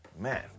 Man